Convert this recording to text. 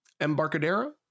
Embarcadero